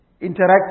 interact